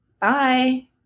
bye